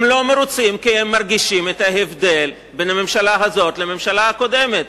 הם לא מרוצים כי הם מרגישים את ההבדל בין הממשלה הזאת לממשלה הקודמת.